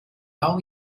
allow